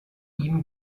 ihm